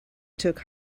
took